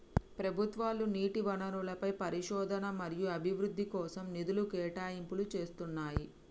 ప్రభుత్వాలు నీటి వనరులపై పరిశోధన మరియు అభివృద్ధి కోసం నిధుల కేటాయింపులు చేస్తున్నయ్యి